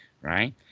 right